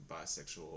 bisexual